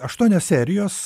aštuonios serijos